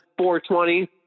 420